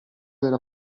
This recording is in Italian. della